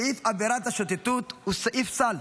סעיף עבירת השוטטות הוא סעיף סל,